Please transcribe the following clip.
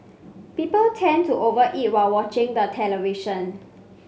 people tend to over eat while watching the television